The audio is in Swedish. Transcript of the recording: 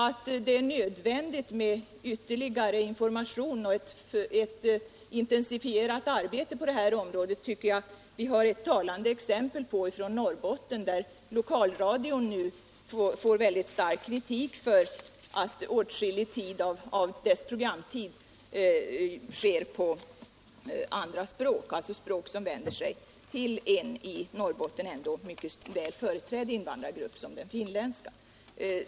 Att det är nödvändigt med ytterligare information och ett intensifierat arbete på detta område tycker jag att vi har ett talande bevis på från Norrbotten, där lokalradion nu får stark kritik för att den använder åtskillig tid till att sända program på andra språk, särskilt det språk som är hemspråk för en i Norrbotten ändå så väl företrädd invandrargrupp som den finländska.